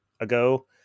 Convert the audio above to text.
ago